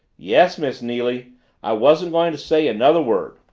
yes, miss neily i wasn't going to say another word.